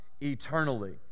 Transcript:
eternally